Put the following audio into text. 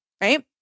right